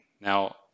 Now